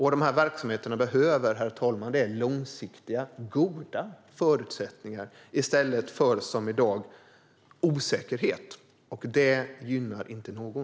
Vad dessa verksamheter behöver, herr talman, är långsiktiga och goda förutsättningar i stället för, som i dag, osäkerhet, som inte gynnar någon.